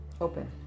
Open